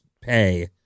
pay